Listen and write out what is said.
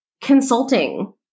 consulting